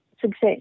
success